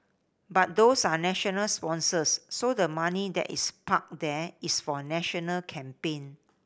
but those are national sponsors so the money that is parked there is for national campaign